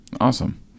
Awesome